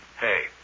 Hey